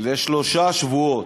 לשלושה שבועות,